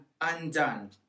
undone